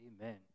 Amen